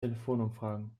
telefonumfragen